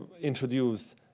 introduce